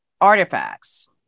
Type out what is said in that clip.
artifacts